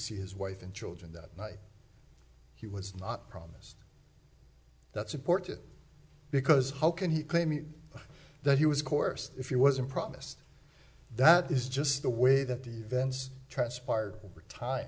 see his wife and children that night he was not promised that support it because how can he claim that he was course if you wasn't promised that this is just the way that the events transpired